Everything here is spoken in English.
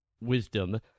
wisdom